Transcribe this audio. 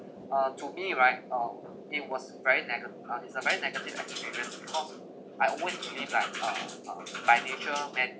uh to me right uh it was very nega~ uh is a very negative experience because I always believe that uh uh financial meant